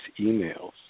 emails